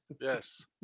Yes